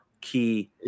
key